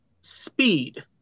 Speed